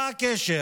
מה הקשר